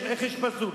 יש פסוק: